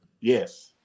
Yes